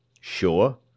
Sure